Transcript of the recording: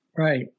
Right